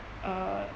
uh